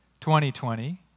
2020